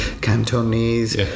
Cantonese